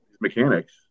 mechanics